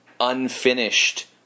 unfinished